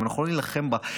אם אנחנו לא נילחם בה,